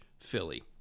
Philly